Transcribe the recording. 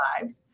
Lives